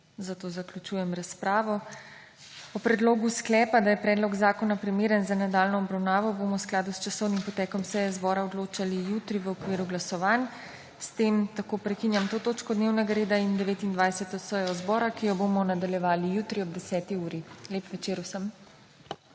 zato zaključujem razpravo. O predlogu sklepa, da je predlog zakona primeren za nadaljnjo obravnavo, bomo v skladu s časovnim potekom seje zbora odločali jutri v okviru glasovanj. S tem prekinjam to točko dnevnega reda in 29. sejo zbora, ki jo bomo nadaljevali jutri ob 10. uri. Lep večer vsem!